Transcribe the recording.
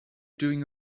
doing